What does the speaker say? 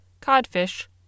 codfish